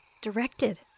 directed